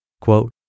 Quote